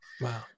Wow